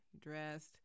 dressed